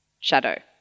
shadow